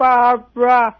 Barbara